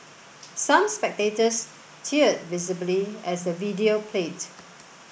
some spectators teared visibly as the video played